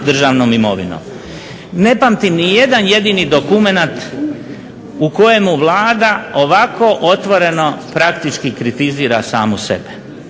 državnom imovinom. Ne pamtim ni jedan jedini dokumenat u kojemu Vlada ovako otvoreno praktički kritizira samu sebe,